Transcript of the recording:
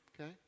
okay